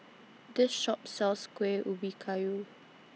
This Shop sells Kueh Ubi Kayu